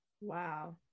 Wow